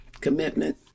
commitment